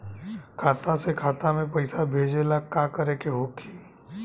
खाता से खाता मे पैसा भेजे ला का करे के होई?